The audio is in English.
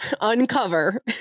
uncover